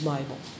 Bible